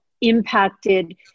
impacted